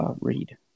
read